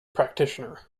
practitioner